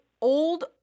old